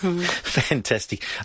Fantastic